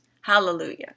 hallelujah